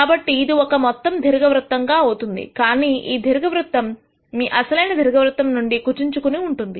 కాబట్టి ఇది ఒక మొత్తం దీర్ఘ వృత్తం గా అవుతుంది కానీ ఈ దీర్ఘ వృత్తం మీ అసలైన దీర్ఘ వృత్తం నుండి కుచించుకుని ఉంటుంది